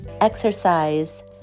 exercise